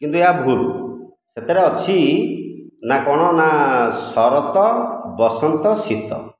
କିନ୍ତୁ ଏହା ଭୁଲ ସେତେଟା ଅଛି ନାଁ କ'ଣ ନାଁ ଶରତ ବସନ୍ତ ଶୀତ